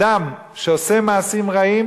אדם שעושה מעשים רעים,